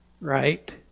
Right